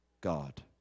God